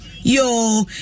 Yo